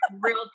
real